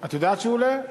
את יודעת שהוא עולה?